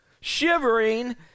shivering